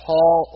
Paul